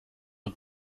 und